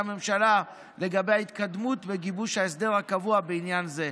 הממשלה לגבי ההתקדמות וגיבוש ההסדר הקבוע בעניין זה.